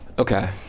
Okay